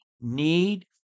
need